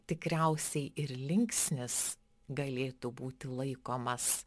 tikriausiai ir linksnis galėtų būti laikomas